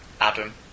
Adam